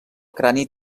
crani